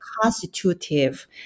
constitutive